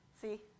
See